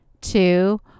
two